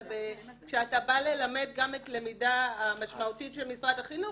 אבל כשאתה בא ללמד גם את למידה המשמעותית של משרד החינוך,